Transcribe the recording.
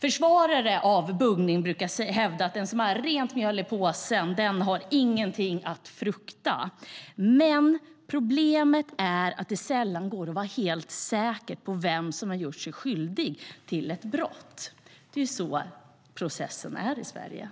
Försvarare av buggning brukar hävda att den som har rent mjöl i påsen inte har något att frukta. Problemet är att det sällan går att vara helt säker på vem som har gjort sig skyldig till ett brott. Så är processen i Sverige.